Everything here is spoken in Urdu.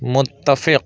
متفق